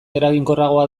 eraginkorragoa